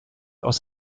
aus